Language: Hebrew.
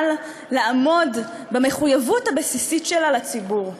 לעמוד במחויבות הבסיסית שלה לציבור.